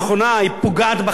היא פוגעת בחלשים,